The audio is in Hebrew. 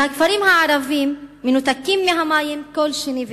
והכפרים הערביים מנותקים מהמים כל שני וחמישי,